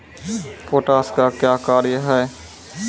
Potash का क्या कार्य हैं?